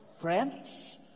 friends